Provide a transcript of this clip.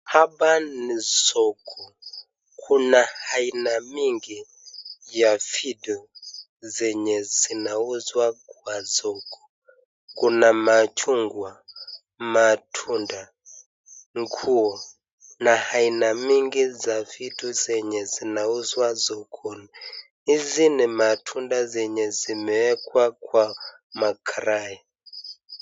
Hapa ni soko. Kuna aina mingi ya vitu zenye zinauzwa kwa soko. Kuna machungwa, matunda ,nguo na aina mingi za vitu zenye zinauzwa sokoni. Hizi ni matunda zenye zimewekwa kwenye makarai.